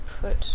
put